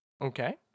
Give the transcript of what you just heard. Okay